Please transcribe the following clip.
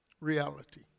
reality